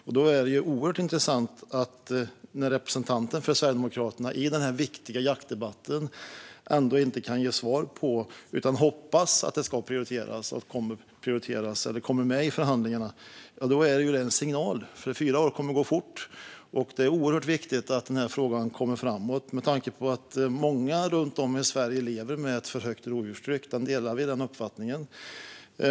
Därför är det oerhört intressant att representanten för Sverigedemokraterna i denna viktiga jaktdebatt inte kan ge något svar utan hoppas att detta ska prioriteras eller komma med i förhandlingarna. Det är en signal, för fyra år kommer att gå fort. Det är oerhört viktigt att frågan kommer framåt med tanke på att många runt om i Sverige lever med ett alltför högt rovdjurstryck. Vi delar den uppfattningen.